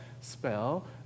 spell